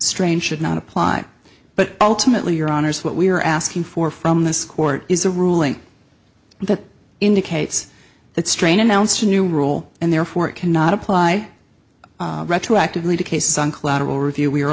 strange should not apply but ultimately your honour's what we are asking for from this court is a ruling that indicates that strain announced a new rule and therefore it cannot apply retroactively to cases on collateral review we